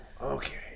okay